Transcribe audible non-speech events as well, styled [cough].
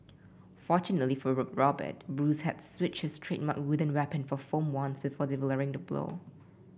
fortunately for [unintelligible] Robert Bruce had switched his trademark wooden weapon for foam ones before delivering the blow